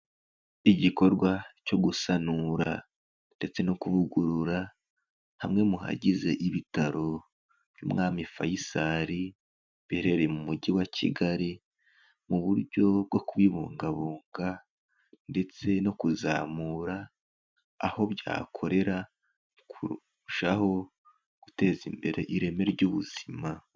Igikorwa cyo gusanura ndetse no kuvugurura hamwe mu hagize ibitaro by'Umwami Faisal birereye mu mujyi wa Kigali mu buryo bwo kubibungabunga ndetse no kuzamura aho byakorera, kurushaho guteza imbere ireme ry'ubuzima.